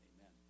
amen